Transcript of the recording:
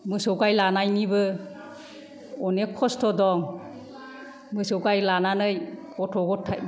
मोसौ गाइ लानायनिबो अनेख खस्ट' दं मोसौ गाइ लानानै गथ' गथाय